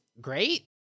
great